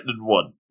one